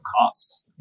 cost